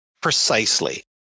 precisely